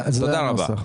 תודה רבה.